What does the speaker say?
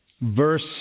verse